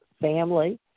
family